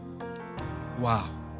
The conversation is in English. wow